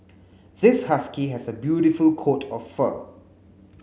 this husky has a beautiful coat of fur